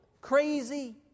crazy